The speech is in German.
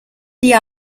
die